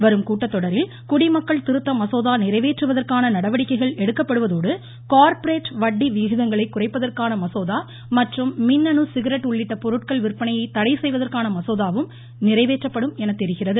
வரும் கூட்டத்தொடரில் குடிமக்கள் திருத்த மசோதா நிறைவேற்றுவதற்கான நடவடிக்கைகள் எடுக்கப்படுவதோடு கார்ப்பரேட் வட்டி விகிதங்களை குறைப்பதற்கான மசோதா மற்றும் மின்னணு சிகரெட் உள்ளிட்ட பொருட்கள் விற்பனையை தடை செய்வதற்கான மசோதாவும் நிறைவேற்றப்படும் எனத்தெரிகிறது